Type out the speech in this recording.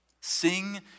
Sing